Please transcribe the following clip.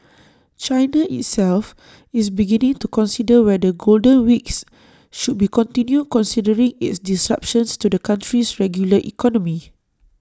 China itself is beginning to consider whether golden weeks should be continued considering its disruptions to the country's regular economy